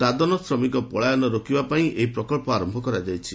ଦାଦନ ଶ୍ରମିକ ପଳାୟନ ରୋକିବା ପାଇଁ ଏହି ପ୍ରକଳ୍ପ ଆରମ୍ଭ କରାଯାଇଛି